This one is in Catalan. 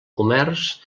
comerç